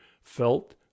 felt